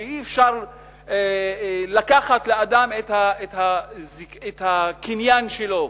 שאי-אפשר לקחת לאדם את הקניין שלו,